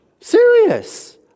Serious